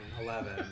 eleven